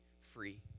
free